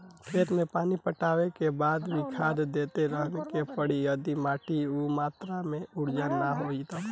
खेत मे पानी पटैला के बाद भी खाद देते रहे के पड़ी यदि माटी ओ मात्रा मे उर्वरक ना होई तब?